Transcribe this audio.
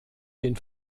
den